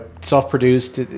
self-produced